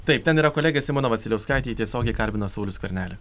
taip ten yra kolegė simona vasiliauskaitė ji tiesiogiai kalbino saulių skvernelį